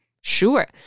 sure